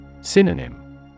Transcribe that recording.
Synonym